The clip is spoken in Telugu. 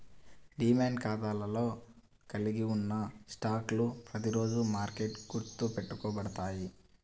డీమ్యాట్ ఖాతాలో కలిగి ఉన్న స్టాక్లు ప్రతిరోజూ మార్కెట్కి గుర్తు పెట్టబడతాయి